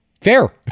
fair